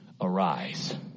arise